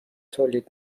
تولید